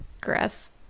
grass